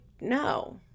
no